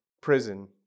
prison